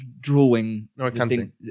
drawing